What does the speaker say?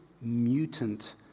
mutant